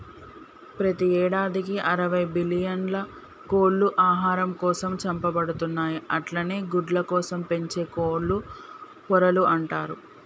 ప్రతి యేడాదికి అరవై బిల్లియన్ల కోళ్లు ఆహారం కోసం చంపబడుతున్నయి అట్లనే గుడ్లకోసం పెంచే కోళ్లను పొరలు అంటరు